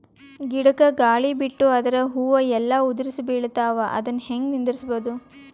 ಗಿಡಕ, ಗಾಳಿ ಬಿಟ್ಟು ಅದರ ಹೂವ ಎಲ್ಲಾ ಉದುರಿಬೀಳತಾವ, ಅದನ್ ಹೆಂಗ ನಿಂದರಸದು?